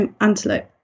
antelope